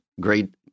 great